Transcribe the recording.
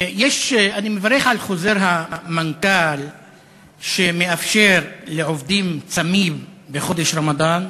אני מברך על חוזר המנכ"ל שמאפשר לעובדים שצמים בחודש הרמדאן